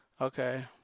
Okay